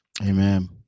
Amen